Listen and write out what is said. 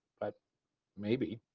but maybe.